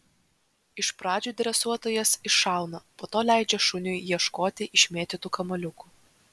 iš pradžių dresuotojas iššauna po to leidžia šuniui ieškoti išmėtytų kamuoliukų